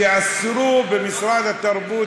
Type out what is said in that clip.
שאסרו במשרד התרבות,